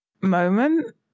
moment